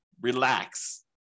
relax